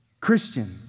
Christian